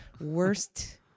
worst